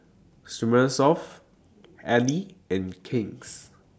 Smirnoff Elle and King's